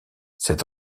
cet